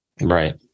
Right